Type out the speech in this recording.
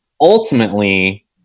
ultimately